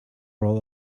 roll